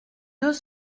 deux